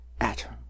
atom